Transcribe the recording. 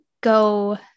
go